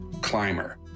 climber